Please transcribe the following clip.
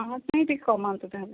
ଆମପାଇଁ ଟିକେ କମାନ୍ତୁ ତାହାଲେ